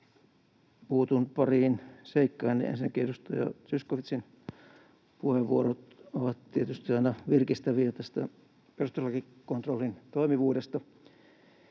Puutun pariin seikkaan. Ensinnäkin edustaja Zyskowiczin puheenvuorot tästä perustuslakikontrollin toimivuudesta